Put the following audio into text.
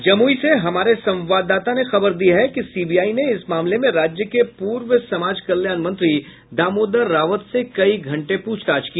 जमुई से हमारे संवाददाता ने खबर दी है कि सीबीआई ने इस मामले में राज्य के पूर्व समाज कल्याण मंत्री दामोदर रावत से कई घंटे पूछताछ की